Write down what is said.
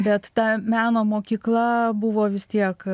bet ta meno mokykla buvo vis tiek